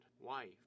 wife